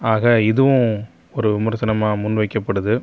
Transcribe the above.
ஆக இதுவும் ஒரு விமர்சனமாக முன் வைக்கப்படுது